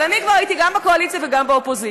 אבל אני כבר הייתי גם בקואליציה וגם באופוזיציה,